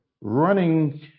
running